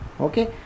okay